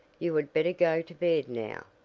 you had better go to bed now.